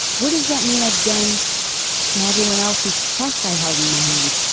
what does that mean i've done to everyone else whose trust i held in my hands?